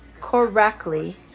correctly